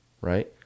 Right